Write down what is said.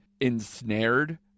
ensnared